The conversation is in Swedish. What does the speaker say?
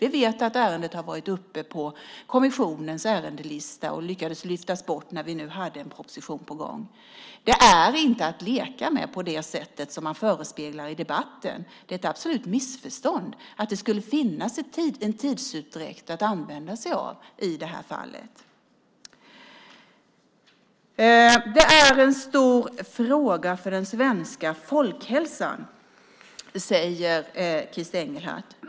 Vi vet att ärendet har varit uppe på kommissionens ärendelista och lyckades lyftas bort när vi nu hade en proposition på gång. Detta är inte att leka med på det sätt som man förespeglar i debatten. Det är ett absolut missförstånd att det skulle finnas en tidsutdräkt att använda sig av i detta fall. Det är en stor fråga för den svenska folkhälsan, säger Christer Engelhardt.